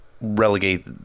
relegate